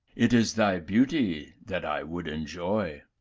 it is thy beauty that i would enjoy.